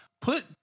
Put